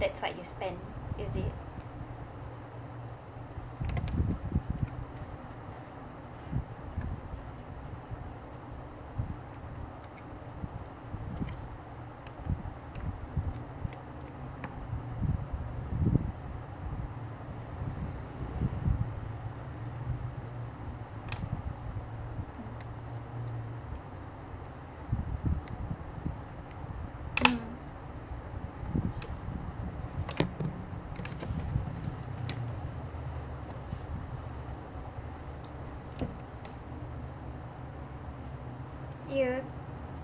that's what you spend is it mm you